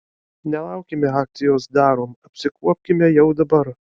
nelaukime akcijos darom apsikuopkime jau dabar